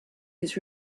his